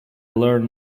learn